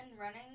running